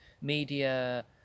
media